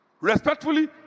respectfully